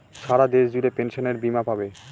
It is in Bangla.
সারা দেশ জুড়ে পেনসনের বীমা পাবে